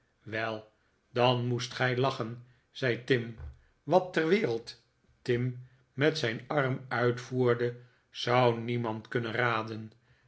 wel dan moest gij lachen zei tim wat ter wereld tim met zijn arm uitvoerde zou niemand kunnen raden